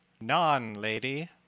non-lady